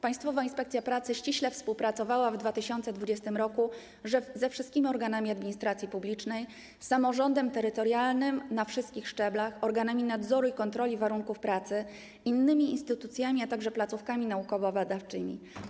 Państwowa Inspekcja Pracy ściśle współpracowała w 2020 r. ze wszystkimi organami administracji publicznej, z samorządem terytorialnym na wszystkich szczeblach, organami nadzoru i kontroli warunków pracy, innymi instytucjami, a także placówkami naukowo-badawczymi.